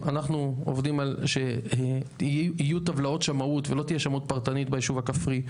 אנחנו עובדים שיהיו טבלאות שמאות ולא תהיה שמאות פרטנית ביישוב הכפרי,